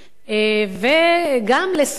וגם לסייע,